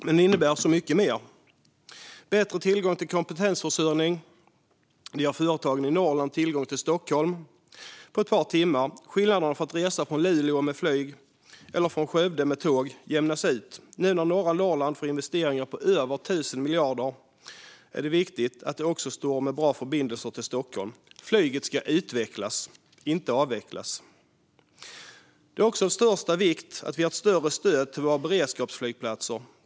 Men det innebär så mycket mer. Det ger bättre tillgång till kompetensförsörjning. Det ger företagen i Norrland tillgång till Stockholm på ett par timmar. Skillnaderna att resa från Luleå med flyg eller från Skövde med tåg jämnas ut. När nu norra Norrland får investeringar på över 1 000 miljarder är det viktigt att de också står med bra förbindelser till Stockholm. Flyget ska utvecklas, inte avvecklas. Det är också av största vikt att vi ger ett större stöd till våra beredskapsflygplatser.